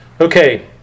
Okay